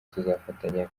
tuzafatanya